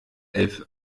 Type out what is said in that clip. elf